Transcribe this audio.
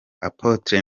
apotre